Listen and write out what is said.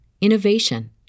innovation